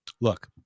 look